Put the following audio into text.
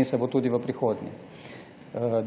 In se bo tudi v prihodnje.